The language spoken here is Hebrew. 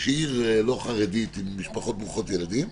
שהיא עיר לא חרדית עם משפחות ברוכות ילדים,